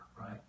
right